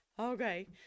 Okay